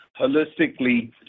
holistically